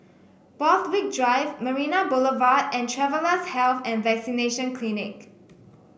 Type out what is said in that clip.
Borthwick Drive Marina Boulevard and Travellers' Health and Vaccination Clinic